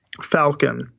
Falcon